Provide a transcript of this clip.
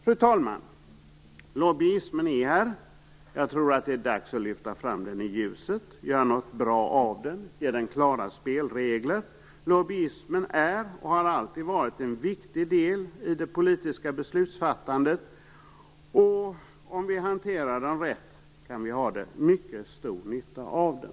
Fru talman! Lobbyismen är här. Jag tror att det är dags att lyfta fram den i ljuset, göra något bra av den och ge den klara spelregler. Lobbyismen är och har alltid varit en viktig del i det politiska beslutsfattandet. Om vi hanterar den rätt kan vi ha mycket stor nytta av den.